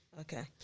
Okay